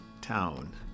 town